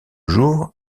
jours